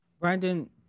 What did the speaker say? Brandon